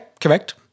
correct